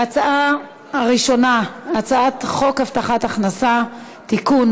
ההצעה הראשונה: הצעת חוק הבטחת הכנסה (תיקון,